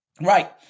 Right